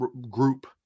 group